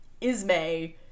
Ismay